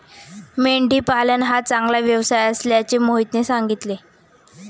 मेंढी पालन हा चांगला व्यवसाय असल्याचे मोहितने सांगितले